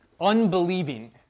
unbelieving